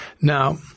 Now